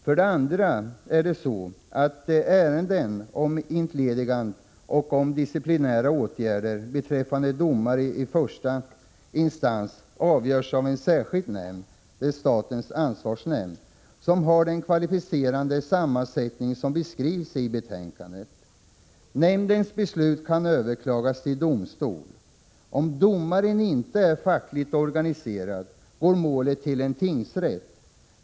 För det andra är det så att ärenden om entledigande och om disciplinära åtgärder beträffande domare i första instans avgörs av en särskild nämnd, statens ansvarsnämnd, som har den kvalificerade sammansättning som beskrivs i betänkandet. Nämndens beslut kan överklagas till domstol. Om domaren inte är fackligt organiserad går målet till en tingsrätt.